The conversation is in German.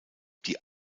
die